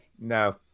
No